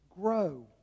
grow